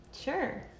Sure